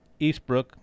Eastbrook